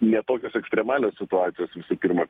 ne tokios ekstremalios situacijos visų pirma